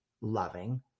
loving